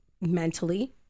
mentally